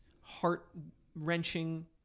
heart-wrenching